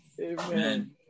Amen